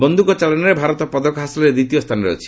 ବନ୍ଧୁକ ଚାଳନାରେ ଭାରତ ପଦକ ହାସଲରେ ଦ୍ୱିତୀୟ ସ୍ଥାନରେ ଅଛି